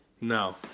No